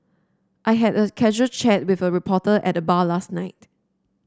I had a casual chat with a reporter at the bar last night